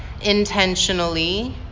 intentionally